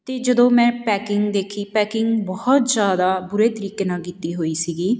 ਅਤੇ ਜਦੋਂ ਮੈਂ ਪੈਕਿੰਗ ਦੇਖੀ ਪੈਕਿੰਗ ਬਹੁਤ ਜ਼ਿਆਦਾ ਬੁਰੇ ਤਰੀਕੇ ਨਾਲ ਕੀਤੀ ਹੋਈ ਸੀਗੀ